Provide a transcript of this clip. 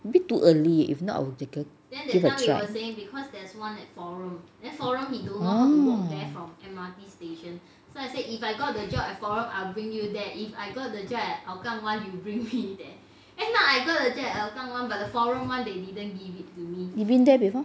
a bit too early if not then I will give give a try orh you've been there before